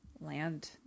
land